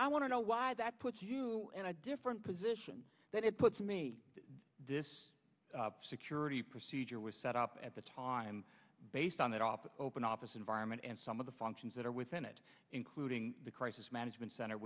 to know why that puts you in a different position that it puts me in this security procedure was set up at the time based on that office open office environment and some of the functions that are within it including the crisis management center